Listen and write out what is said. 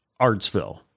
Artsville